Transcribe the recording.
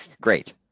Great